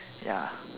ya